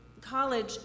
college